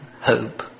hope